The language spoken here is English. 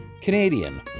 canadian